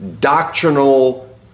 doctrinal